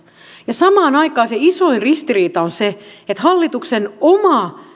samaan aikaan se isoin ristiriita on se että hallituksen oman